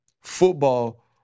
football